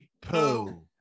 poo